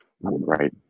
right